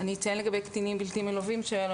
אני חייב לציין שגם לא הגיעה